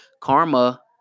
karma